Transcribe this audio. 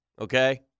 okay